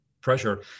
pressure